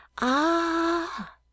Ah